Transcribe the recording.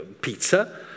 pizza